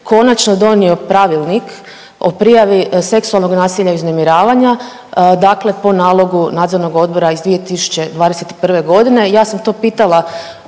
konačno donio pravilnik o prijavi seksualnog nasilja i uznemiravanja, dakle po nalogu Nadzornog odbora iz 2021. godine. Ja sam to pitala